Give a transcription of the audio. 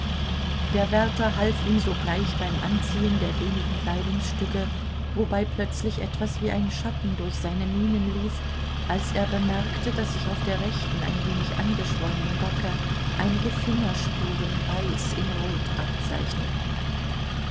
der wärter half ihm sogleich beim anziehen der wenigen kleidungsstücke wobei plötzlich etwas wie ein schatten durch seine mienen lief als er bemerkte daß sich auf der rechten ein wenig angeschwollenen backe einige fingerspuren weiß in rot abzeichneten